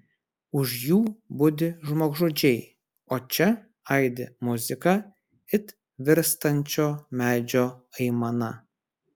už jų budi žmogžudžiai o čia aidi muzika it virstančio medžio aimana